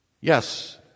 Yes